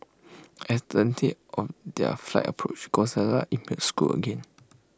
as the of their flight approach Gonzalez email scoot again